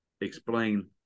explain